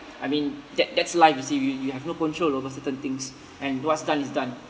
I mean that that's life you see y~ we have no control over certain things and what's done is done